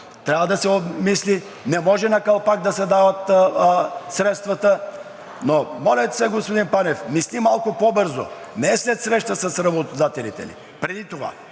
трябва да се обмисли, не може на калпак да се дават средствата. Но моля ти се, господин Панев, мисли малко по-бързо – не след среща с работодателите ни, преди това!